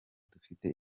dufite